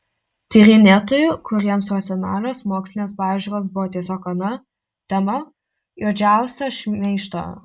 tyrinėtojų kuriems racionalios mokslinės pažiūros buvo tiesiog ana tema juodžiausią šmeižtą